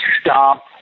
stop